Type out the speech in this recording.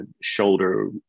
shoulder